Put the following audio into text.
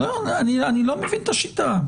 אני לא מבין את השיטה.